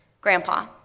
Grandpa